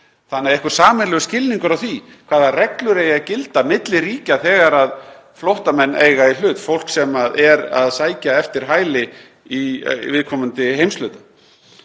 þannig að einhver sameiginlegur skilningur sé á því hvaða reglur eigi að gilda milli ríkja þegar flóttamenn eiga í hlut, fólk sem er að sækjast eftir hæli í viðkomandi heimshluta.